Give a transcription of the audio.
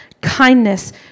kindness